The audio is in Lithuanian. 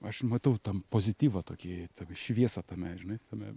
aš matau tam pozityvą tokį tokį šviesą tame žinai tame